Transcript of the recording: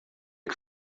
que